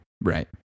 Right